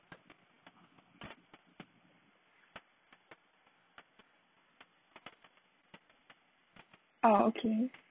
orh okay